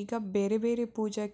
ಈಗ ಬೇರೆ ಬೇರೆ ಪೂಜೆ